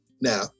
Now